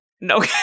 No-